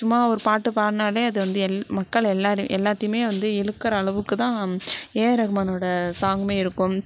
சும்மா ஒரு பாட்டுப் பாடுனாலே அது வந்து எல் மக்கள் எல்லாரையும் எல்லாத்தையும் வந்து இழுக்கிற அளவுக்குத்தான் ஏஆர் ரஹ்மானோடய சாங்கும் இருக்கும்